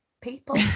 People